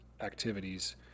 activities